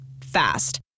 Fast